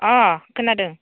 अ खोनादों